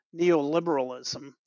neoliberalism